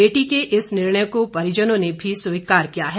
बेटी के इस निर्णय को परिजनों ने भी स्वीकार किया है